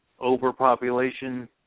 overpopulation